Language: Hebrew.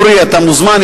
אורי, אתה מוזמן.